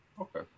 Okay